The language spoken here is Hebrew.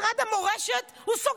להקשיב לחברי כנסת הוא לא